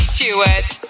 Stewart